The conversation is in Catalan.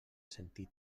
sentit